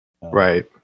Right